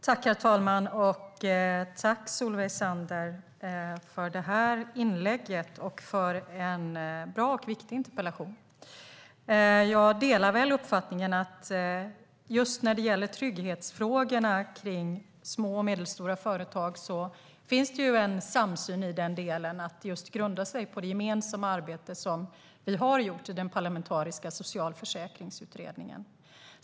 Herr talman! Tack, Solveig Zander, för inlägget och för en bra och viktig interpellation. Jag delar uppfattningen att det finns en samsyn i trygghetsfrågorna för små och medelstora företag som grundar sig på det gemensamma arbete som har gjorts i den parlamentariska socialförsäkringsutredningen.